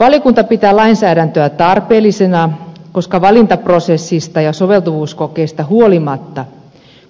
valiokunta pitää lainsäädäntöä tarpeellisena koska valintaprosessista ja soveltuvuuskokeista huolimatta